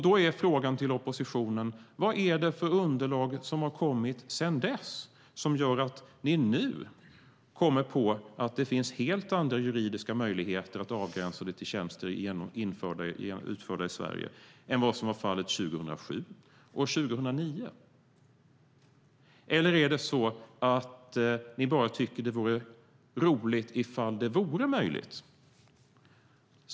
Då är frågan till oppositionen: Vad är det för underlag som har kommit sedan dess som gör att ni nu kommer på att det finns helt andra juridiska möjligheter att avgränsa avdraget till tjänster utförda i Sverige än vad som var fallet 2007 och 2009? Eller är det så att ni bara tycker att det vore roligt ifall det vore möjligt?